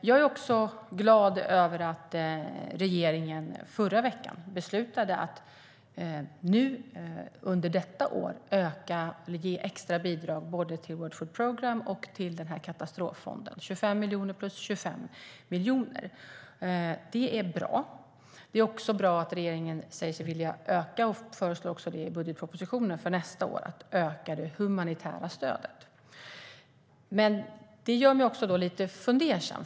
Jag är glad över att regeringen i förra veckan beslutade att nu, under detta år, ge extra bidrag både till World Food Programme och till katastroffonden - 25 miljoner plus 25 miljoner. Det är bra. Det är också bra att regeringen säger sig vilja öka det humanitära stödet och även föreslår det i budgetpropositionen för nästa år. Men det gör mig också fundersam.